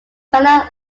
fellow